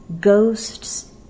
ghosts